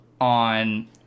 on